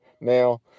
now